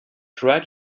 try